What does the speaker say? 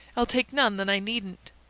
i'll take none that i needn't.